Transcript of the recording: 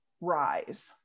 rise